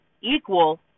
equal